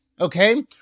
okay